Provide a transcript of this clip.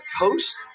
coast